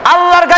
Allah